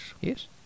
Yes